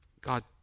God